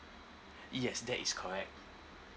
yes that is correct